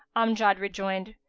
amjad rejoined,